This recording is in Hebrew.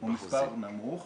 הוא מספר נמוך,